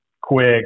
quick